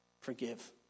Forgive